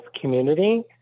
community